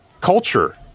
culture